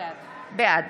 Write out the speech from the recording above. בעד